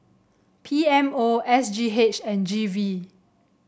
P M O S G H and G V